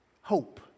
Hope